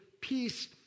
peace